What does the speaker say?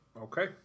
Okay